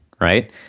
Right